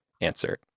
answer